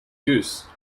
goose